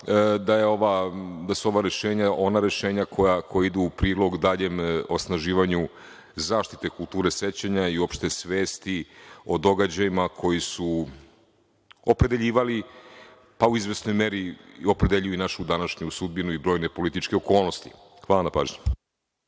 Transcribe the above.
da su ovo rešenja ona rešenja koja idu u prilog daljem osnaživanju zaštite kulture sećanja i uopšte svesti o događajima koji su opredeljivali, pa u izvesnoj meri opredeljuju i našu današnju sudbinu i brojne političke okolnosti. Hvala na pažnji.